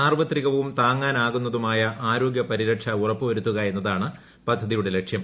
സാർവത്രികവും താങ്ങാനാകുന്നതുമായ ആരോഗ്യ പരിരക്ഷ ഉറപ്പുവരുത്തുക എന്നതാണ് പദ്ധതിയുടെ ലക്ഷ്യം